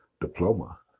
diploma